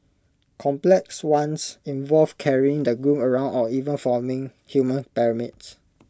complex ones involve carrying the groom around or even forming human pyramids